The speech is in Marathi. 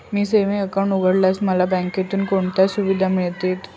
मी सेविंग्स अकाउंट उघडल्यास मला बँकेकडून कोणत्या सुविधा मिळतील?